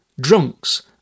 drunks